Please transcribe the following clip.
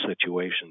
situation